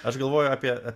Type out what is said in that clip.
aš galvoju apie